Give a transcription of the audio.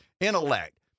intellect